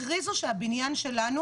הכריזו שהבניין שלנו